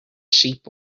sheep